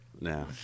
No